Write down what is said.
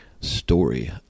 story